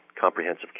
Comprehensive